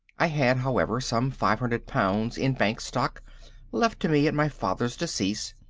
i had, however, some five hundred pounds in bank stock left to me at my father's decease,